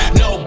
no